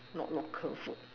not local food